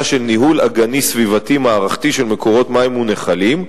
של ניהול אגני סביבתי מערכתי של מקורות מים ונחלים,